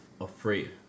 afraid